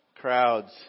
Crowds